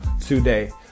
today